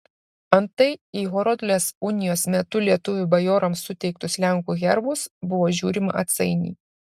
antai į horodlės unijos metu lietuvių bajorams suteiktus lenkų herbus buvo žiūrima atsainiai